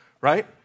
right